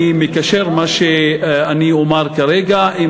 אני מקשר את מה שאני אומר כרגע עם